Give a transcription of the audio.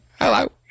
hello